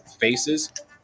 faces